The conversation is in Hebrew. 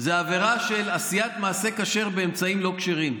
זאת עבירה של עשיית מעשה כשר באמצעים לא כשרים,